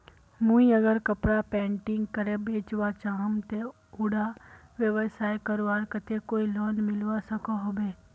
मुई अगर कपड़ा पेंटिंग करे बेचवा चाहम ते उडा व्यवसाय करवार केते कोई लोन मिलवा सकोहो होबे?